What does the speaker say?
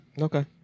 Okay